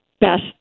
best